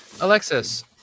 Alexis